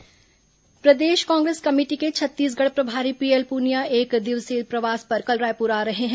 PL Punia दौरा प्रदेश Congress committee के छत्तीसगढ़ प्रभारी पीएल पुनिया एक दिवसीय प्रवास पर कल रायपुर आ रहे हैं